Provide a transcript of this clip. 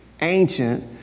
ancient